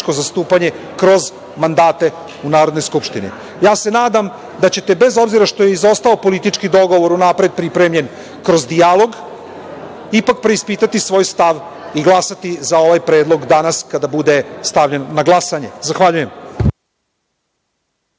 zastupanje kroz mandate u Narodnoj skupštini. Ja se nadam da ćete bez obzira što je izostao politički dogovor, unapred pripremljen, kroz dijalog, ipak preispitati svoj stav i glasati za ovaj predlog danas kada bude stavljen na glasanje. Hvala.